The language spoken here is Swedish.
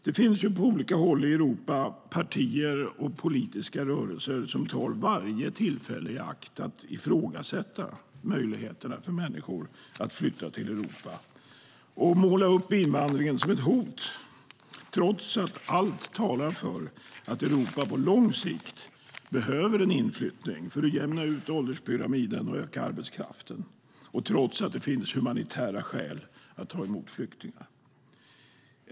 Det finns på olika håll i Europa partier och politiska rörelser som tar varje tillfälle i akt att ifrågasätta möjligheterna för människor att flytta till Europa och måla upp invandringen som ett hot, trots att allt talar för att Europa på lång sikt behöver en inflyttning för att jämna ut ålderspyramiden och öka arbetskraften och trots att det finns humanitära skäl att ta emot flyktingar.